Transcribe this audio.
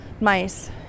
Mice